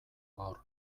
gaur